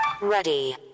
Ready